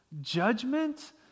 judgment